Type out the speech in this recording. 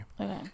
Okay